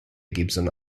gibson